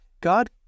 God